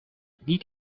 niet